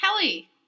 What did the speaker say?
Kelly